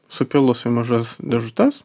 supilus į mažas dėžutes